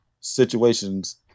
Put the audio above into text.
situations